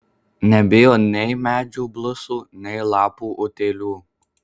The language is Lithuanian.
nebijo nei medžių blusų nei lapų utėlių